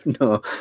No